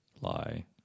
Lie